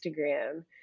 Instagram